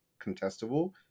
contestable